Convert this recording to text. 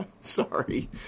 sorry